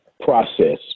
process